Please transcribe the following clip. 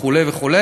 וכו' וכו',